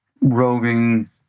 roving